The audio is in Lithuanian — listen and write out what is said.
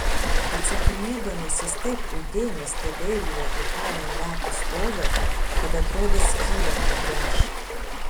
atsakinėdamas jis taip įdėmiai stebeilijo į palmių lapų stogą kad atrodė skylę pragręš